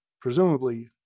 presumably